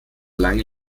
lange